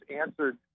answered